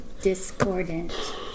discordant